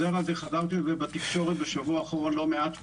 חזרתי על זה בתקשורת בשבוע האחרון לא מעט פעמים,